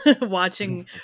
watching